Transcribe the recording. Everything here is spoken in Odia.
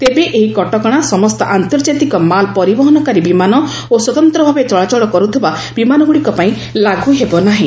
ତେବେ ଏହି କଟକଣା ସମସ୍ତ ଆନ୍ତର୍ଜାତିକ ମାଲ୍ ପରିବହନକାରୀ ବିମାନ ଓ ସ୍ୱତନ୍ତ୍ର ଭାବେ ଚଳାଚଳ କରୁଥିବା ବିମାନଗୁଡ଼ିକ ପାଇଁ ଲାଗୁ ହେବ ନାହିଁ